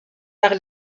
par